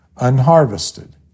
unharvested